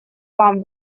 вам